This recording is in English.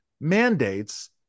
mandates